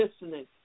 listening